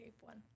one